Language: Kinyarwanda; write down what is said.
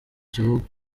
gihugu